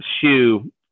shoe